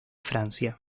francia